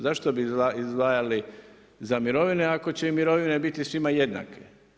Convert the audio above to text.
Zašto bi izdvajali za mirovine ako će im mirovine biti svima jednake?